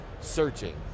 searching